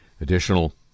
Additional